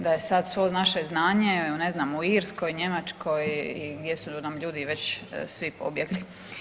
Da je sad svo naše znanje evo ne znam u Irskoj, Njemačkoj i gdje su nam ljudi već svi pobjegli.